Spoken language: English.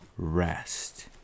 Rest